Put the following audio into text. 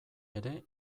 ere